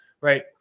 Right